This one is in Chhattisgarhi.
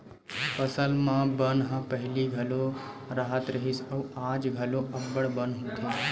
फसल म बन ह पहिली घलो राहत रिहिस अउ आज घलो अब्बड़ बन होथे